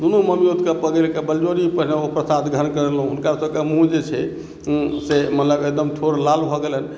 दुनू ममियौतकेँ पकड़िके बलजोरी पहिने ओ प्रसाद जे ग्रहण करओलहुँ हुनकर सभके मुँह जे छै से मतलब ठोर एकदम लाल भऽ गेलैन्ह